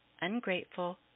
ungrateful